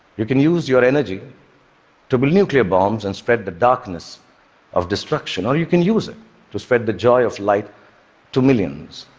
you can use your energy to build nuclear bombs and spread the darkness of destruction, or you can use it to spread the joy of light to millions.